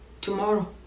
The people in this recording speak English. tomorrow